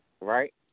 Right